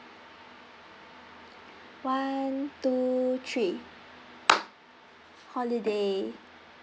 one two three holiday